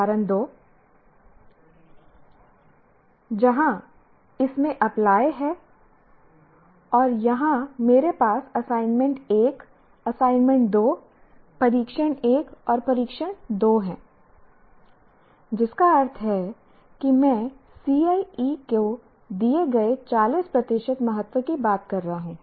उदाहरण 2 जहाँ इसमें अप्लाई है और यहाँ मेरे पास असाइनमेंट 1 असाइनमेंट 2 परीक्षण 1 और परीक्षण 2 है जिसका अर्थ है कि मैं CIE को दिए गए 40 प्रतिशत महत्व की बात कर रहा हूँ